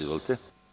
Izvolite.